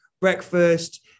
breakfast